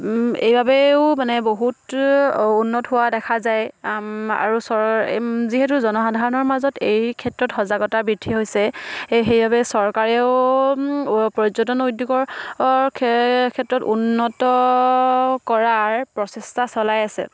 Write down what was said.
এইবাবেও মানে বহুত উন্নত হোৱা দেখা যায় আৰু যিহেতু জনসাধাৰণৰ মাজত এই ক্ষেত্ৰত সজাগতা বৃদ্ধি হৈছে সেইবাবে চৰকাৰেও পৰ্যটন উদ্যোগৰ ক্ষেত্ৰত উন্নত কৰাৰ প্ৰচেষ্টা চলাই আছে